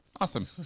Awesome